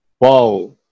Wow